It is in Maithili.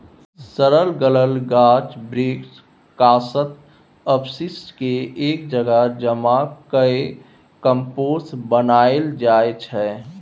सरल गलल गाछ बिरीछ, कासत, अपशिष्ट केँ एक जगह जमा कए कंपोस्ट बनाएल जाइ छै